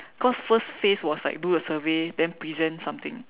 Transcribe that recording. cause first phase was like do a survey then present something